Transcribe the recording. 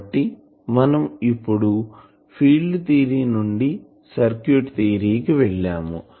కాబట్టి మనం ఇప్పుడు ఫీల్డ్ థియరీ నుండి సర్క్యూట్ థియరీ కి వెళ్ళాము